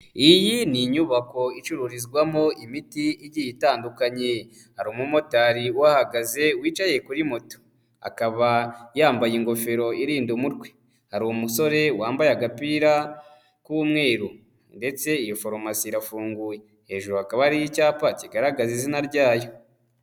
Iyi ni inyubako icururizwamo imiti igiye itandukanye, hari umumotari uhahagaze wicaye kuri moto, akaba yambaye ingofero irinda umutwe, hari umusore wambaye agapira k'umweru ndetse iyo forumasi irafunguye, hejuru hakaba hari icyapa kigaragaza izina ryayo.